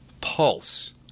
pulse